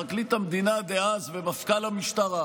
פרקליט המדינה דאז ומפכ"ל המשטרה,